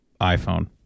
iPhone